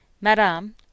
Madame